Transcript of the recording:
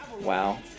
Wow